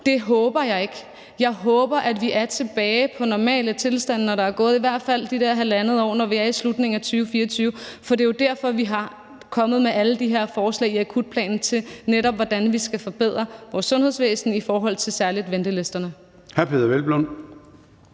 det håber jeg ikke. Jeg håber, at vi er tilbage til normale tilstande, når der er gået i hvert fald det der halvandet år, altså når vi er i slutningen af 2024, for det er jo derfor, vi er kommet med alle de her forslag i akutplanen til, netop hvordan vi skal forbedre vores sundhedsvæsen, særlig i forhold til ventelisterne.